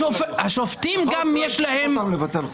אמורה להיות משענת למערכות השלטון ואמורה לתת יציבות למערכת